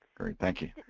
great. thank you.